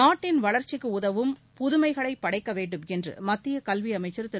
நாட்டின் வளர்ச்சிக்கு உதவும் புதுமைகளைப் படைக்க வேண்டும் என்று மத்திய கல்வி அமைச்சர் திரு